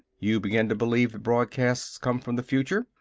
you begin to believe the broadcasts come from the future?